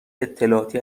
اطلاعاتی